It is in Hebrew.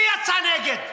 מי יצא נגד?